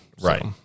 Right